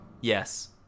Yes